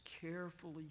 carefully